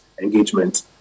engagement